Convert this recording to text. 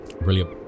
brilliant